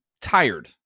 tired